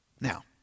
Now